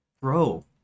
Bro